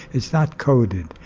it's not coded,